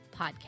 Podcast